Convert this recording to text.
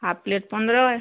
half plate ପନ୍ଦ୍ର ଆଏ